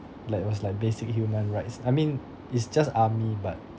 like it was like basic human rights I mean it's just army but